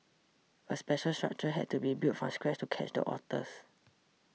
a special structure had to be built from scratch to catch the otters